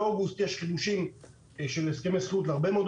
באוגוסט יש להרבה מאוד אנשים חידושים של הסכמי שכירות.